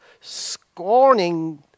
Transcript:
scorning